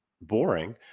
boring